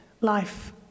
life